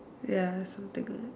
ya something